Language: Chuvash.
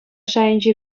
шайӗнчи